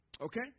Okay